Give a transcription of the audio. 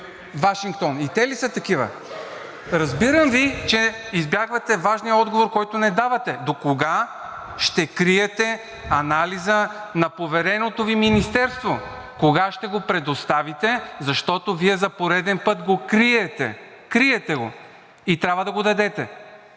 Вашингтон? И те ли са такива? Разбирам Ви, че избягвате важния отговор, който не давате: до кога ще криете анализа на повереното Ви министерство? Кога ще го предоставите, защото Вие за пореден път го криете? Криете го! И трябва да го дадете.